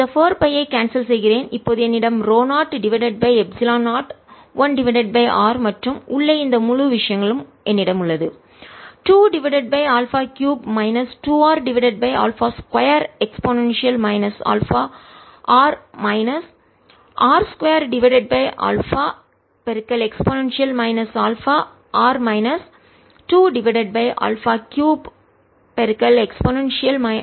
நான் இந்த 4 பை ஐ கேன்சல் செய்கிறேன் இப்போது என்னிடம் ρ0 divided by epsilon 0 1 divided by R மற்றும் உள்ளே இந்த முழு விஷயம் என்னிடம் உள்ளது 2 divided by alpha cube minus 2 R divided by alpha 2 e minus alpha R minus r 2 divided by alpha e α r minus 2 divided by alpha cube e α r